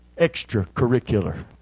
extracurricular